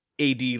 AD